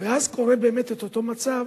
ואז קורה באמת אותו מצב